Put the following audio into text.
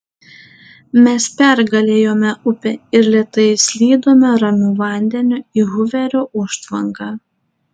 mes pergalėjome upę ir lėtai slydome ramiu vandeniu į huverio užtvanką